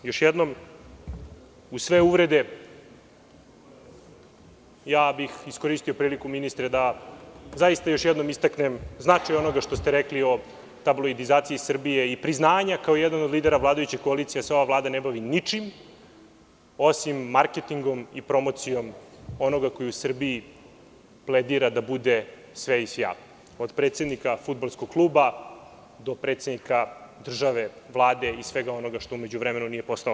Još jednom, uz sve uvrede, iskoristio bih priliku ministre da zaista još jednom istaknem značaj onoga što ste rekli o tabloidizaciji Srbije i priznanja kao jedan od lidera vladajuće koalicije da se ova Vlada ne bavi ničim, osim marketingom i promocijom onoga ko u Srbiji pledira da bude sve i sja, od predsednika fudbalskog kluba do predsednika države, Vlade, i svega onoga što u međuvremenu nije postao.